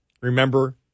Remember